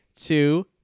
two